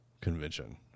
convention